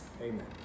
Amen